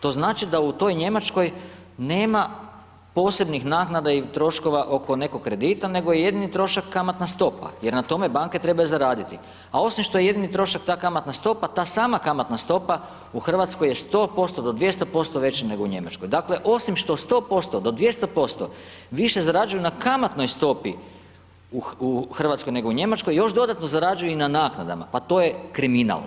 To znači da u toj Njemačkoj nema posebnih naknada i troškova oko nekog kredita nego je jedini trošak kamatna stopa jer na tome banke trebaju zaraditi, a osim što je jedini trošak ta kamatna stopa, ta sama kamatna stopa u Hrvatskoj je 100% od 200% veća nego u Njemačkoj, dakle osim što 100% do 200% više zarađuju na kamatnoj stopi u Hrvatskoj nego u Njemačkoj, još dodatno zarađuju i na naknadama, pa to je kriminal.